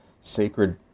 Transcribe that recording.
sacred